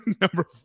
number